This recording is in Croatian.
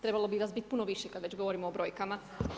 Trebalo bi vas biti puno više kada već govorimo o brojkama.